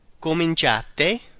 COMINCIATE